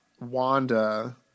Wanda